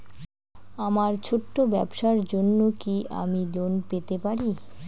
আমার ছোট্ট ব্যাবসার জন্য কি আমি লোন পেতে পারি?